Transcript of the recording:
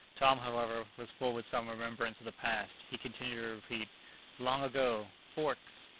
tom, however, was full with some remembrance of the past he continued to repeat long ago. forks.